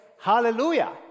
hallelujah